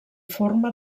forma